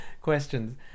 questions